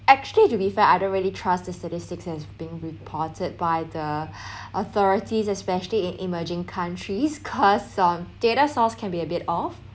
actually to be fair I don't really trust the statistics as being reported by the authorities especially in emerging countries cause of data source can be a bit off